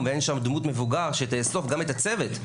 ואין שם דמות מבוגר שתאסוף גם את הצוות,